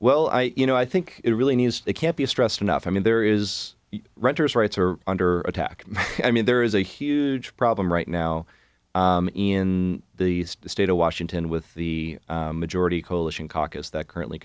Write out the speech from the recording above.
well you know i think it really needs that can't be stressed enough i mean there is renter's rights are under attack i mean there is a huge problem right now in the state of washington with the majority coalition caucus that currently